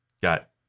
got